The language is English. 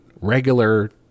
regular